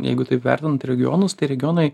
jeigu taip vertinant regionus tai regionai